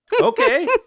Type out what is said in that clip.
okay